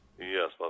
Yes